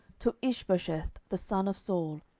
took ishbosheth the son of saul,